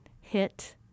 hit